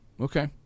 Okay